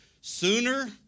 Sooner